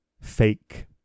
fake